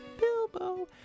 Bilbo